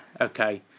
okay